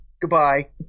Goodbye